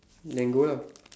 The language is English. then go lah